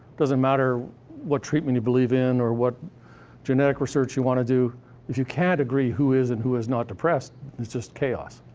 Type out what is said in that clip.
doesn't matter what treatment you believe in or what genetic research you wanna do. if you can't degree who is and who is not depressed, it's just chaos.